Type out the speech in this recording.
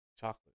Chocolate